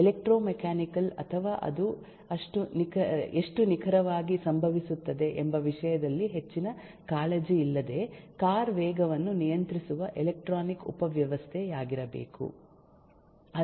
electromechanical ಅಥವಾ ಅದು ಎಷ್ಟು ನಿಖರವಾಗಿ ಸಂಭವಿಸುತ್ತದೆ ಎಂಬ ವಿಷಯದಲ್ಲಿ ಹೆಚ್ಚಿನ ಕಾಳಜಿಯಿಲ್ಲದೆ ಕಾರು ವೇಗವನ್ನು ನಿಯಂತ್ರಿಸುವ ಎಲೆಕ್ಟ್ರಾನಿಕ್ ಉಪವ್ಯವಸ್ಥೆಯಾಗಿರಬಹುದು